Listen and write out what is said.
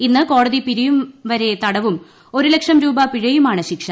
ഇന്ന് കോടതി പിരിയുംവരെ തടവും ഒരു ലക്ഷം രൂപ പിഴയുമാണ് ശിക്ഷ